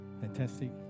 Fantastic